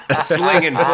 slinging